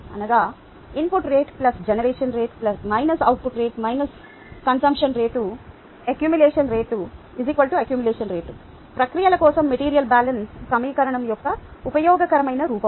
అనగా input rate generation rate output rate - consumption rate accumulation rate ప్రక్రియల కోసం material balance సమీకరణం యొక్క ఉపయోగకరమైన రూపం